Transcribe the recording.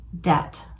debt